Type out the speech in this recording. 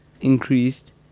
increased